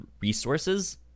resources